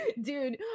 dude